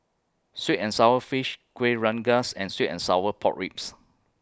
Sweet and Sour Fish Kuih Rengas and Sweet and Sour Pork Ribs